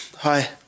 Hi